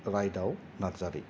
Raidao Narzary